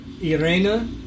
Irena